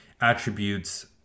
attributes